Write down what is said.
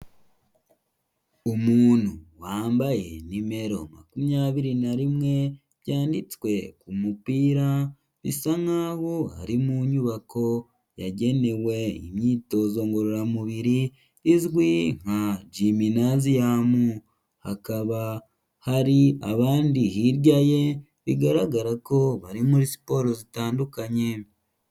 Umuntu wambaye nimero makumyabiri na rimwe, byanditswe ku mupira, bisa nkaho ari mu nyubako yagenewe imyitozo ngororamubiri, izwi nka jiminaziyamu, hakaba hari abandi hirya ye, bigaragara ko bari muri siporo zitandukanye.